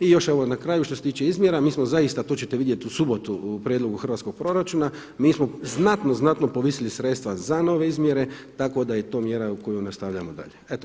I još na kraju što se tiče izmjera, mi smo zaista to ćete vidjeti u subotu u prijedlogu hrvatskog proračuna, mi smo znatno, znatno povisili sredstva za nove izmjere tako da je to mjera koju nastavljamo dalje.